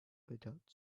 without